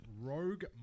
rogue